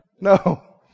No